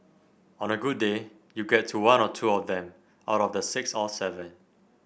on a good day you get to one or two of them out of the six or seven